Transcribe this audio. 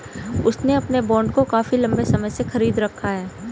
उसने अपने बॉन्ड को काफी लंबे समय से खरीद रखा है